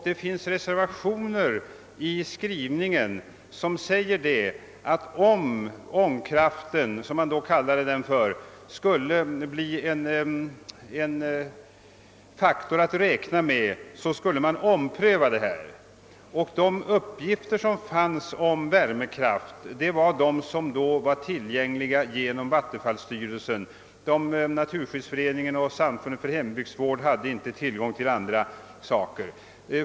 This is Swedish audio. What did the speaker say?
Det finns reservationer i skrivningen som säger att om ångkraften, som man då kallade den, skulle bli en faktor att räkna med, skulle man ompröva frågan. De uppgifter som då fanns om värmekraft var tillgängliga endast genom vattenfallsstyrelsen. Naturskyddsföreningen och Samfundet för hembygdsvård hade inte tillgång till andra uppgifter.